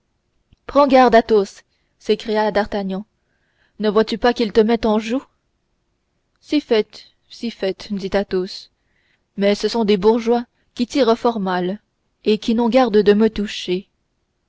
prends garde athos s'écria d'artagnan ne vois-tu pas qu'ils te mettent en joue si fait si fait dit athos mais ce sont des bourgeois qui tirent fort mal et qui n'ont garde de me toucher